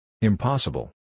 Impossible